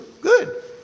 Good